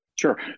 Sure